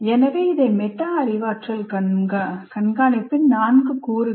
எனவே இவை மெட்டா அறிவாற்றல் கண்காணிப்பின் நான்கு கூறுகள்